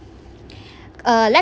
uh let